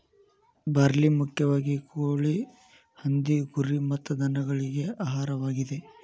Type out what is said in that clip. barley ಮುಖ್ಯವಾಗಿ ಕೋಳಿ, ಹಂದಿ, ಕುರಿ ಮತ್ತ ದನಗಳಿಗೆ ಆಹಾರವಾಗಿದೆ